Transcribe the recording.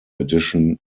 addition